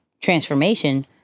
transformation